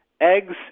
eggs